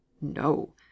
No